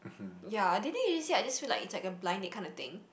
ya dating agency I just feel like it's like a blind date kinda thing